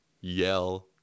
yell